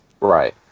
Right